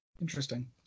Interesting